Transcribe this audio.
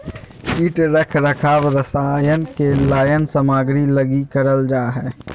कीट रख रखाव रसायन के लाइन सामग्री लगी करल जा हइ